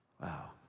Wow